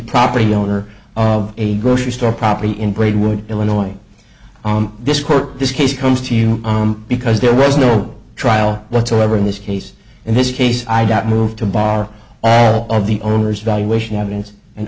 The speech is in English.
property owner of a grocery store property in braidwood illinois on this court this case comes to you because there was no trial whatsoever in this case in this case i doubt move to bar of the owner's valuation evidence and